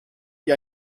wie